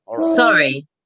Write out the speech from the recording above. Sorry